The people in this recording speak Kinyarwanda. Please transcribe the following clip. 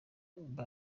ruhande